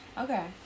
Okay